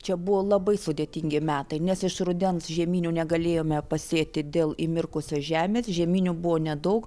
čia buvo labai sudėtingi metai nes iš rudens žieminių negalėjome pasėti dėl įmirkusios žemės žieminių buvo nedaug